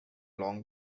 long